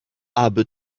aby